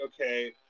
okay